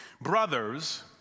Brothers